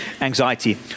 anxiety